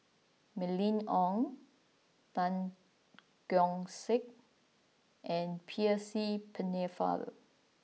Mylene Ong Tan Keong Saik and Percy Pennefather